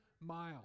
miles